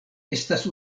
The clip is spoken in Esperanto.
estas